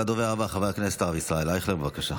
הדובר הבא, חבר הכנסת הרב ישראל אייכלר, בבקשה,